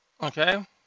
Okay